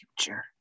future